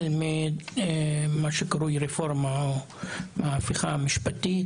ממה שקרוי רפורמה או ההפיכה המשפטית?